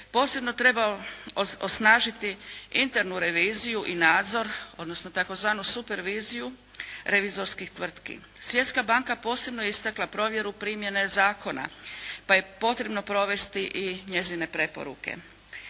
Posebno treba osnažiti internu reviziju i nadzor odnosno tzv. superviziju revizorskih tvrtki. Svjetska banka posebno je istakla provjeru primjene zakona, pa je potrebno provesti i njezine preporuke.